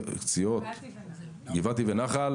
גבעתי ונח"ל,